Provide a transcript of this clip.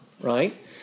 right